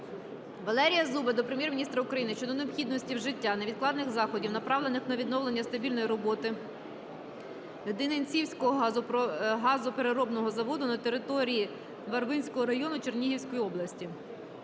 Валерія Зуба до Прем'єр-міністра України щодо необхідності вжиття невідкладних заходів, направлених на відновлення стабільної роботи Гнідинцівського газопереробного заводу на території Варвинського району Чернігівської області.